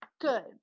good